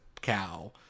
cow